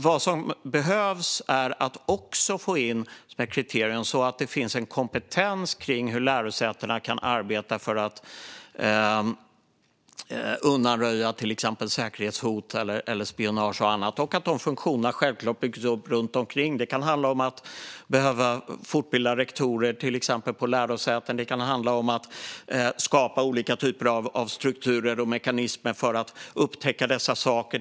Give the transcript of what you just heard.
Vad som behövs är att också införa kriterier som gör att det finns en kompetens när det gäller hur lärosätena kan arbeta för att undanröja till exempel säkerhetshot, spionage och annat. Självklart måste funktioner också byggas upp runt omkring. Det kan till exempel handla om att fortbilda rektorer på lärosäten eller om att skapa olika typer av strukturer och mekanismer för att upptäcka dessa saker.